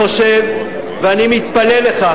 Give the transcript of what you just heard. ואני מתפלל לכך,